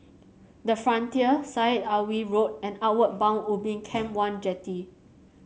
the Frontier Syed Alwi Road and Outward Bound Ubin Camp one Jetty